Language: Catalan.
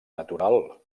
natural